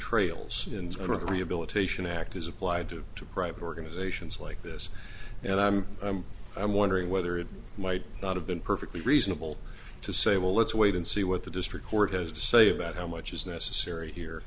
the rehabilitation act is applied to two private organizations like this and i'm i'm i'm wondering whether it might not have been perfectly reasonable to say well let's wait and see what the district court has to say about how much is necessary here